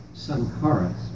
Sankara